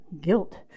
guilt